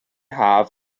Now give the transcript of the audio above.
haf